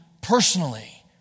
personally